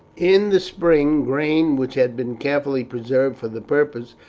in the spring, grain, which had been carefully preserved for the purpose,